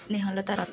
Snehalata Rath